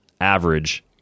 average